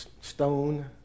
stone